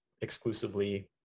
exclusively